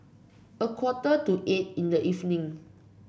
a quarter to eight in the evening